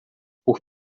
por